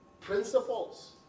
principles